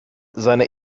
seine